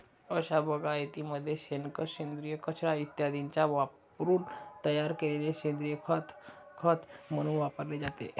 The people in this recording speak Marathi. अशा बागायतीमध्ये शेणखत, सेंद्रिय कचरा इत्यादींचा वापरून तयार केलेले सेंद्रिय खत खत म्हणून वापरले जाते